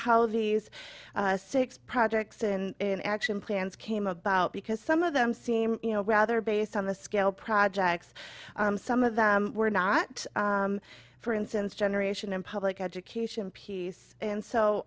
how these six projects in action plans came about because some of them seem rather based on the scale projects some of them were not for instance generation and public education piece and so